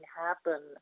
happen